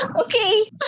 okay